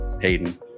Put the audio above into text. Hayden